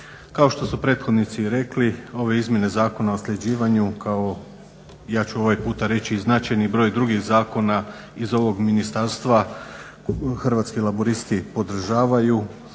Kao što su prethodnici rekli ove izmjene Zakona o nasljeđivanju kao ja ću ovoga puta reći značajni broj drugih zakona iz ovog ministarstva Hrvatski laburisti podržavaju,